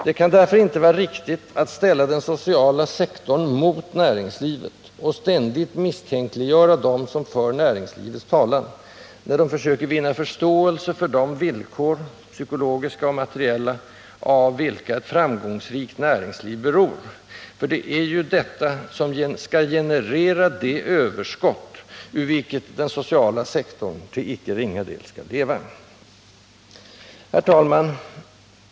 Det kan därför inte vara riktigt att ställa den sociala sektorn mot näringslivet och att ständigt misstänkliggöra dem som för näringslivets talan när de försöker vinna förståelse för de villkor, psykologiska och materiella, av vilka ett framgångsrikt näringsliv beror för det är ju detta som skall generera det överskott, av vilket den sociala sektorn till icke ringa del skall leva. Herr talman!